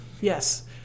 Yes